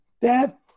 Dad